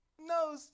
No